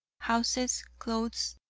houses, clothes,